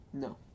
No